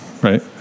right